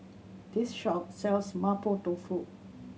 this shop sells Mapo Tofu